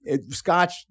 Scotch